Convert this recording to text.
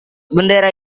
bendera